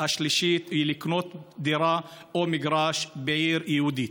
3. לקנות דירה או מגרש בעיר יהודית.